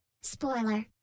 Spoiler